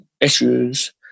issues